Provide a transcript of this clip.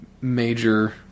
major